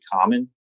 common